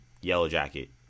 Yellowjacket